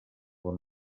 bon